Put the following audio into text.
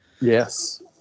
yes